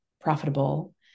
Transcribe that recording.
profitable